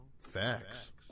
Facts